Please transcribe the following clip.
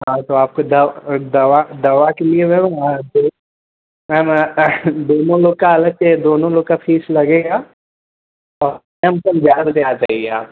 हाँ तो आपको दवा दवा के लिए मैम वहाँ से मैम दोनों लोग का अलग से दोनों लोग का फ़ीस लगेगा और मैम कल ग्यारह बजे आ जाइए आप